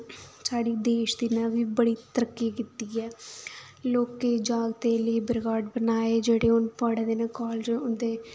साढ़े देश ने बी बड़ी तरक्की कीती ऐ लोकें जागतें लेवर कार्ड बनाए जेह्ड़े हून पढ़ै दे न कालेज